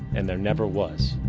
and there never was.